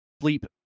Sleep